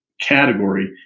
Category